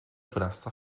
wrasta